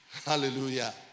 Hallelujah